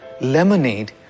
lemonade